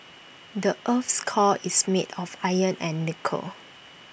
the Earth's core is made of iron and nickel